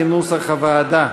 כנוסח הוועדה.